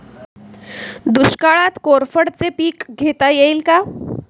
दुष्काळात कोरफडचे पीक घेता येईल का?